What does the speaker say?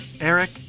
Eric